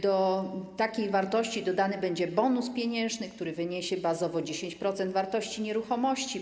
Do takiej wartości dodany będzie bonus pieniężny, który wyniesie bazowo 10% wartości nieruchomości.